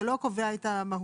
זה לא קובע את המהות.